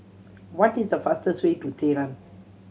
what is the fastest way to Tehran